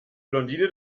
blondine